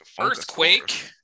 Earthquake